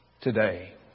today